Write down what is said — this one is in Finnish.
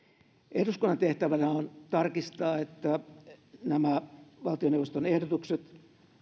eduskunnan tehtävänä on tarkistaa että nämä valtioneuvoston ehdotukset